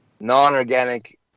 non-organic